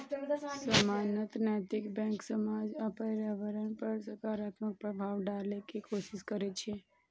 सामान्यतः नैतिक बैंक समाज आ पर्यावरण पर सकारात्मक प्रभाव डालै के कोशिश करै छै